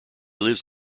lives